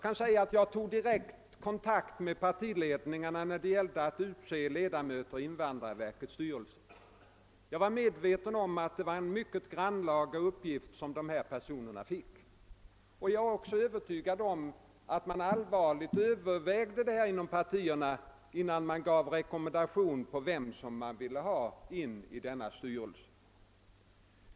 När det gällde att utse ledamöter i invandrarver kets styrelse tog jag direkt kontakt med partiledningarna. Jag var nämligen medveten om att det var en mycket grannlaga uppgift dessa ledamöter skulle få och jag är också övertygad om att man inom partierna mycket allvarligt övervägde frågan, innan man rekommenderade dem som man ville ha in i denna styrelse.